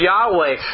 Yahweh